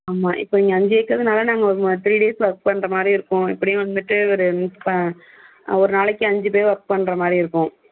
ஆமாம் இப்போ நீங்கள் அஞ்சேக்கர் நாங்கள் த்ரீ டேஸ் ஒர்க் பண்ணுற மாதிரி இருக்கும் எப்படிம் வந்துட்டு ஒரு இப்போ ஒரு நாளைக்கு அஞ்சு பேர் ஒர்க் பண்ணுற மாதிரி இருக்கும்